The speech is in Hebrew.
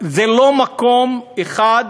זה לא מקום אחד,